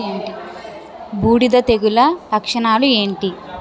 బూడిద తెగుల లక్షణాలు ఏంటి?